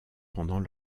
pendant